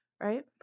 right